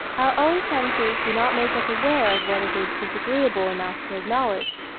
our own senses do not make us aware of what it is disagreeable enough to acknowledge,